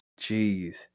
Jeez